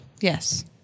Yes